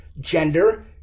gender